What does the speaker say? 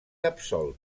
absolt